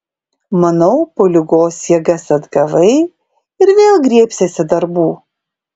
manau po ligos jėgas atgavai ir vėl griebsiesi darbų